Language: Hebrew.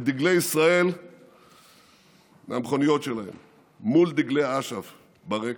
את דגלי ישראל מהמכוניות שלהן מול דגלי אש"ף ברקע,